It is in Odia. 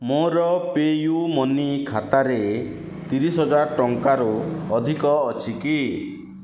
ମୋର ପିୟୁ ମନି ଖାତାରେ ତିରିଶି ହଜାର ଟଙ୍କାରୁ ଅଧିକ ଅଛି କି